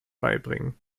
beibringen